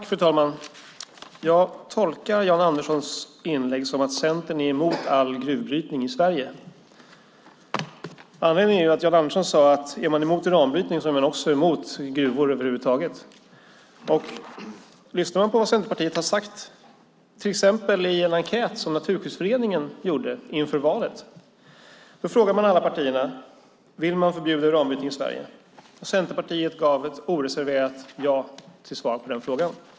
Fru talman! Jag tolkar Jan Anderssons inlägg som att Centern är emot all gruvbrytning i Sverige. Anledningen är att Jan Andersson sade att om man är emot uranbrytning är man också emot gruvor över huvud taget. Vi kan titta på vad Centerpartiet sade till exempel i en enkät som Naturskyddsföreningen gjorde inför valet. Då frågade man alla partier: Vill ni förbjuda uranbrytning i Sverige? Centerpartiet gav ett oreserverat ja som svar på den frågan.